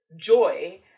joy